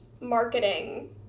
marketing